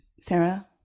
Sarah